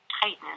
tightness